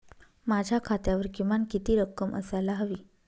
माझ्या खात्यावर किमान किती रक्कम असायला हवी?